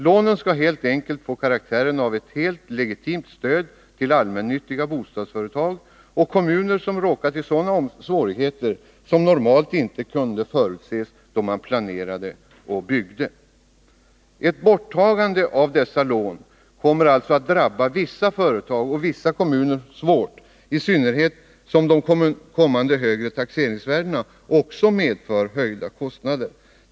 Lånen skall helt enkelt få karaktären av ett legitimt stöd till allmännyttiga bostadsföretag och kommuner som råkat i sådana svårigheter som normalt inte kunde förutses då man planerade och byggde. Ett borttagande av dessa lån kommer alltså att drabba vissa företag och vissa kommuner svårt, i synnerhet som de kommande högre taxeringsvärdena också medför höjda kostnader.